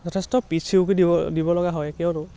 যথেষ্ট পিছ হুহকি দিব দিবলগা হয় কিয়নো